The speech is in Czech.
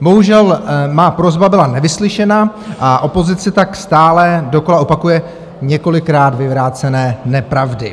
Bohužel má prosba byla nevyslyšena a opozice tak stále dokola opakuje několikrát vyvrácené nepravdy.